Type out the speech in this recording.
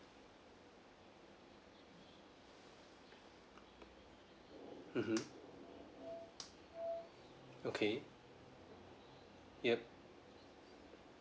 mmhmm okay yup